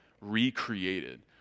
recreated